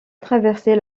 traverser